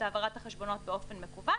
את העברת החשבונות באופן מקוון.